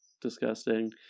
disgusting